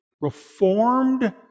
reformed